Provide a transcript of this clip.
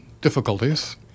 difficulties